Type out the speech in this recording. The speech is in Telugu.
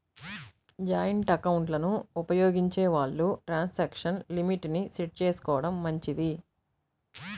జాయింటు ఎకౌంట్లను ఉపయోగించే వాళ్ళు ట్రాన్సాక్షన్ లిమిట్ ని సెట్ చేసుకోడం మంచిది